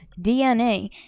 DNA